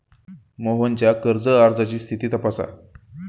मोहनच्या कर्ज अर्जाची स्थिती तपासा